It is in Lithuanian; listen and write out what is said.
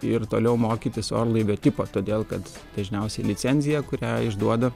ir toliau mokytis orlaivio tipo todėl kad dažniausiai licenciją kurią išduoda